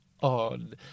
on